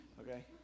Okay